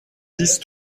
dix